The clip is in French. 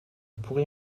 pourrait